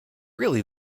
really